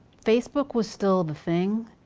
facebook was still the thing.